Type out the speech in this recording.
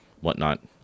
whatnot